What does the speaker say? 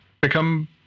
become